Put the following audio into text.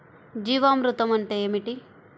జీవామృతం అంటే ఏమిటి?